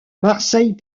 marseille